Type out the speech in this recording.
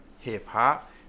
hip-hop